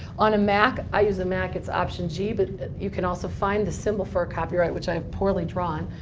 on a mac i use a mac it's option g. but you can also find the symbol for a copyright, which i have poorly drawn,